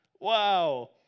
Wow